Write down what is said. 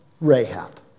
Rahab